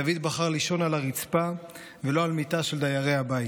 דוד בחר לישון על הרצפה ולא על מיטה של דיירי הבית.